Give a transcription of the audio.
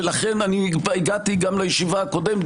ולכן הגעתי גם לישיבה הקודמת,